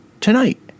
tonight